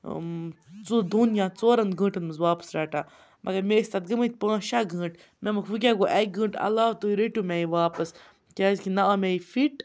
ژُ دۄن یا ژورَن گٲنٹَن منٛز واپَس رَٹان مگر مےٚ ٲسۍ تَتھ گٔمٕتۍ پانٛژھ شےٚ گٲنٛٹہٕ مےٚ ووٚنمَکھ وۄنۍ کیٛاہ گوٚو اَکہِ گٲنٛٹہٕ علاوٕ تُہۍ رٔٹِو مےٚ یہِ واپَس کیٛازِکہِ نہ آو مےٚ یہِ فِٹ